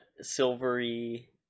silvery